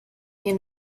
there